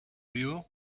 you